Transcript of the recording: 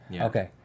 Okay